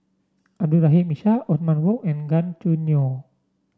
Abdul Rahim Ishak Othman Wok and Gan Choo Neo